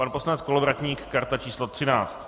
Pan poslanec Kolovratník karta číslo 13.